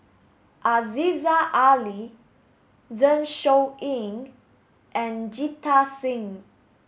Aziza Ali Zeng Shouyin and Jita Singh